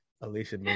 Alicia